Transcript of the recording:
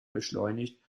beschleunigt